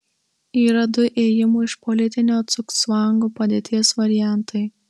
yra du ėjimų iš politinio cugcvango padėties variantai